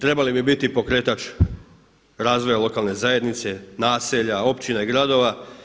Trebali bi biti pokretač razvoja lokalne zajednice, naselja, općina i gradova.